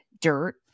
dirt